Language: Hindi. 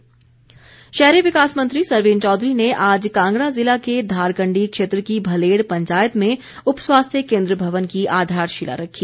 सरवीण चौधरी शहरी विकास मंत्री सरवीण चौधरी ने आज कांगड़ा जिला के धारकंडी क्षेत्र की भलेड़ पंचायत में उप स्वास्थ्य केन्द्र भवन की आधारशिला रखी